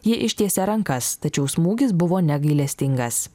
ji ištiesė rankas tačiau smūgis buvo negailestingas